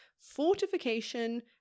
Fortification